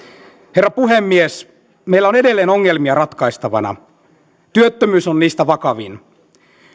herra puhemies meillä on edelleen ongelmia ratkaistavana työttömyys on niistä vakavin